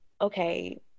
okay